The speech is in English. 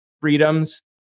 freedoms